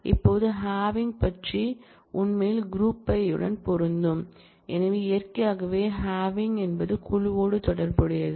இப்போது ஹேவிங் பிரிவு உண்மையில் க்ரூப் பை உடன் பொருந்தும் ஏனெனில் இயற்கையாகவே ஹேவிங் என்பது குழுவோடு தொடர்புடையது